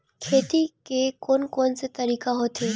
खेती के कोन कोन से तरीका होथे?